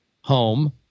home